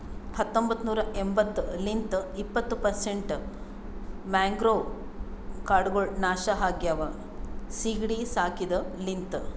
ಹತೊಂಬತ್ತ ನೂರಾ ಎಂಬತ್ತು ಲಿಂತ್ ಇಪ್ಪತ್ತು ಪರ್ಸೆಂಟ್ ಮ್ಯಾಂಗ್ರೋವ್ ಕಾಡ್ಗೊಳ್ ನಾಶ ಆಗ್ಯಾವ ಸೀಗಿಡಿ ಸಾಕಿದ ಲಿಂತ್